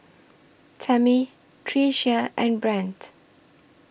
Tammi Tricia and Brandt